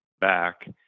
back